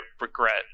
regret